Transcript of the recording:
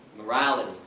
morality.